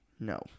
No